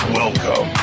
welcome